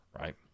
right